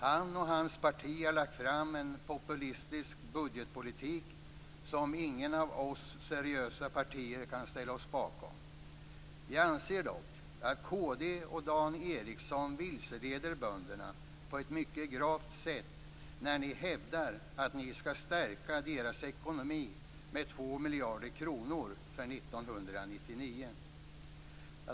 Han och hans parti har lagt fram en populistisk budgetpolitik som inget av de seriösa partierna kan ställa sig bakom. Vi anser dock att kd och Dan Ericsson vilseleder bönderna på ett mycket gravt sätt när de hävdar att de skall stärka böndernas ekonomi med 2 miljarder kronor för 1999.